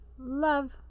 Love